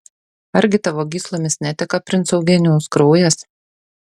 argi tavo gyslomis neteka princo eugenijaus kraujas